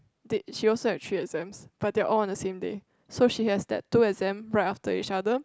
date she also have three exams but they're all on the same day so she has that two exams right after each other